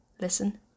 listen